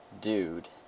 dude